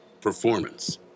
performance